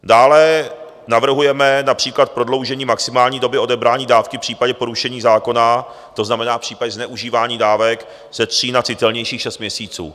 Dále navrhujeme například prodloužení maximální doby odebrání dávky v případě porušení zákona, to znamená v případě zneužívání dávek, ze tří na citelnějších šest měsíců.